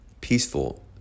peaceful